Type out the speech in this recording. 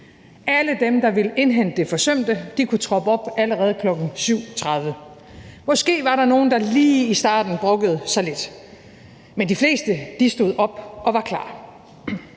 Alle dem, der ville indhente det forsømte, kunne troppe op allerede kl. 7.30. Måske var der nogle, der lige i starten brokkede sig lidt, men de fleste stod op og var klar.